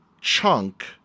chunk